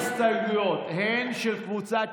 הן של קבוצת ש"ס,